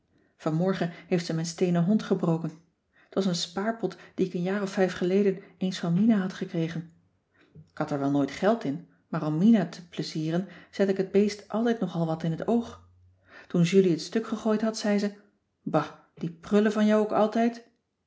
vanmorgen heeft ze mijn steenen hond gebroken t was een spaarpot die ik een jaar of vijf geleden eens van mina had gekregen k had er wel nooit geld in maar om mina te pleizieren zette ik het beest altijd nog al wat in t oog toen julie het stukgegooid had zei ze ba die prullen van jou ook altijd